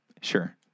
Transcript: Sure